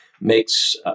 makes